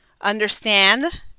understand